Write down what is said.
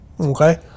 okay